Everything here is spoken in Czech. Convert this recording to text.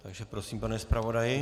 Takže prosím, pane zpravodaji.